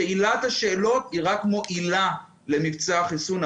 שאילת השאלות היא רק מועילה למבצע החיסון.